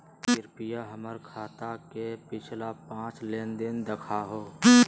कृपया हमर खाता के पिछला पांच लेनदेन देखाहो